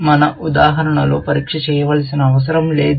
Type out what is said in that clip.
మన ఉదాహరణలో పరీక్ష చేయవలసిన అవసరం లేదు